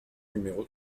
numéro